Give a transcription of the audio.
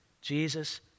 Jesus